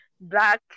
black